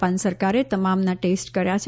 Japan સરકારે તમામના test કર્યા છે